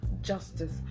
justice